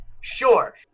sure